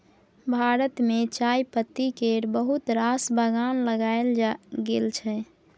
भारत मे चायपत्ती केर बहुत रास बगान लगाएल गेल छै